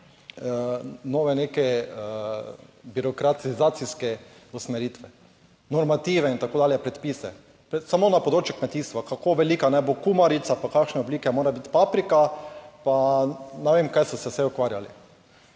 nove neke, birokratizacijske usmeritve, normative in tako dalje, predpise, samo na področju kmetijstva, kako velika naj bo kumarica, pa kakšne oblike mora biti paprika, pa ne vem kaj so se vse ukvarjali.